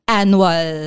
annual